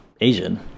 Asian